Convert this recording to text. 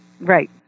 Right